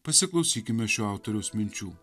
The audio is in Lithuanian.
pasiklausykime šio autoriaus minčių